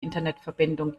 internetverbindung